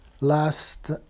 last